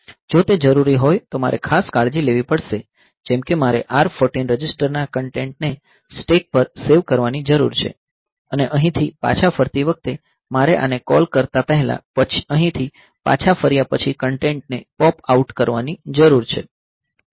જો તે જરૂરી હોય તો મારે ખાસ કાળજી લેવી પડશે જેમ કે મારે આ R 14 રજિસ્ટરના કન્ટેન્ટ ને સ્ટેક પર સેવ કરવાની જરૂર છે અને અહીંથી પાછા ફરતી વખતે મારે આને કૉલ કરતા પહેલા અહીંથી પાછા ફર્યા પછી કન્ટેન્ટને પૉપ આઉટ કરવાની જરૂર છે